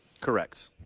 Correct